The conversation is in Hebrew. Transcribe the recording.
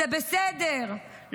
זה בסדר,